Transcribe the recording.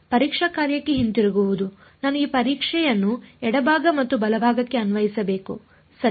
ಪರೀಕ್ಷಾ ಕಾರ್ಯಕ್ಕೆ ಹಿಂತಿರುಗುವುದು ನಾನು ಈ ಪರೀಕ್ಷೆಯನ್ನು ಎಡಭಾಗ ಮತ್ತು ಬಲ ಭಾಗಕ್ಕೆ ಅನ್ವಯಿಸಬೇಕು ಸರಿ